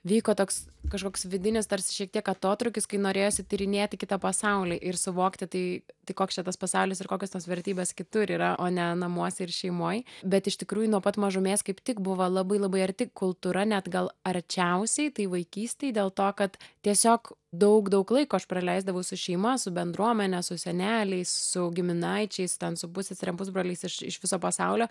vyko toks kažkoks vidinis tarsi šiek tiek atotrūkis kai norėjosi tyrinėti kitą pasaulį ir suvokti tai tai koks čia tas pasaulis ir kokios tos vertybės kitur yra o ne namuose ir šeimoj bet iš tikrųjų nuo pat mažumės kaip tik buvo labai labai arti kultūra net gal arčiausiai tai vaikystėj dėl to kad tiesiog daug daug laiko aš praleisdavau su šeima su bendruomene su seneliais su giminaičiais ten su pusseserėm pusbroliais iš iš viso pasaulio